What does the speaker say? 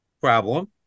problem